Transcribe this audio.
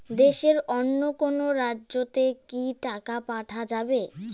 দেশের অন্য কোনো রাজ্য তে কি টাকা পাঠা যাবে?